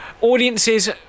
audiences